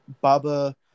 Baba